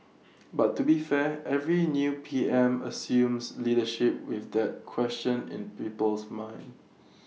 but to be fair every new P M assumes leadership with that question in people's minds